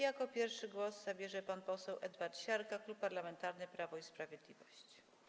Jako pierwszy głos zabierze pan poseł Edward Siarka, Klub Parlamentarny Prawo i Sprawiedliwość.